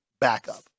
backup